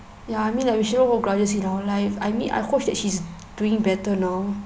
ya I mean like we shouldn't hold grudges in our life I mean I hope that she's doing better now